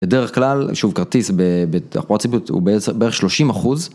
בדרך כלל שוב כרטיס בתחבורה ציבורית הוא בערך כשלושים אחוז.